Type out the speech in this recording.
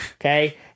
Okay